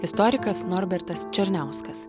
istorikas norbertas černiauskas